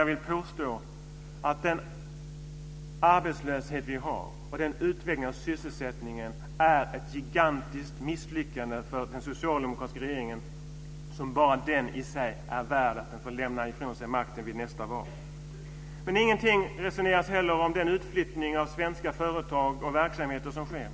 Jag vill påstå att den arbetslöshet som vi har och denna utveckling av sysselsättningen är ett gigantiskt misslyckande för den socialdemokratiska regeringen, som bara det i sig är tillräckligt skäl för att man bör lämna ifrån sig makten efter nästa val. Det resoneras inte heller något om den utflyttning av svenska företag och verksamheter som sker.